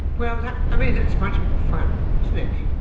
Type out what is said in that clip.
well i mean that's much more fun isn't it.